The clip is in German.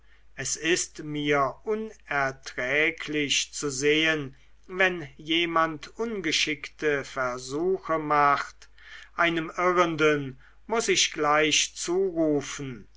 es ist mir unerträglich zu sehen wenn jemand ungeschickte versuche macht einem irrenden muß ich gleich zurufen